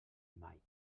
mai